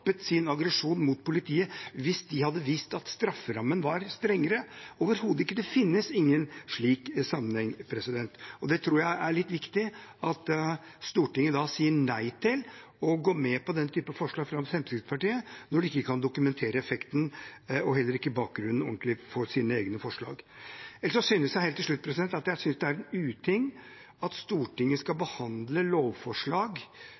hadde visst at strafferammen var strengere? Overhodet ikke – det finnes ingen slik sammenheng. Da tror jeg det er litt viktig at Stortinget sier nei til å gå med på den typen forslag fra Fremskrittspartiet, når de ikke ordentlig kan dokumentere effekten og heller ikke bakgrunnen for sine egne forslag. Helt til slutt: Jeg synes det er en uting at Stortinget skal